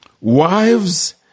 Wives